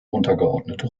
untergeordnete